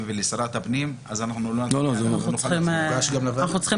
ולשרת הפנים אז אנחנו לא יכולים --- אנחנו צריכים